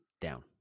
down